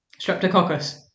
Streptococcus